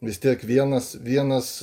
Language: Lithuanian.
vis tiek vienas vienas